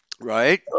Right